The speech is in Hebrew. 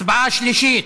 הצבעה שלישית: